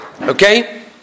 okay